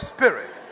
Spirit